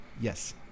Yes